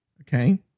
Okay